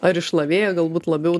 ar išlavėję galbūt labiau